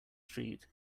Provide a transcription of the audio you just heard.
street